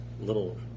little